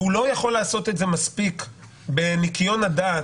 הוא לא יוכל לשקול את זה בניקיון הדעת